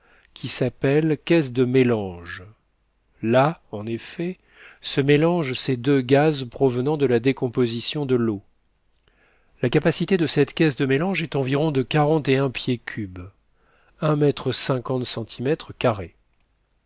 qui s'appelle caisse de mélange là en effet se mélangent ces deux gaz provenant de la décomposition de l'eau la capacité de cette caisse de mélange est environ de quarante et un pieds cubes